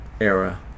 era